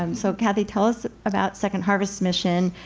um so kathy, tell us about second harvest mission.